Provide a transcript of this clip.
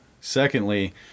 Secondly